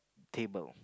table